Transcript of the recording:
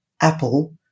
apple